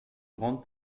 grande